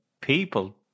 people